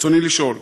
ברצוני לשאול: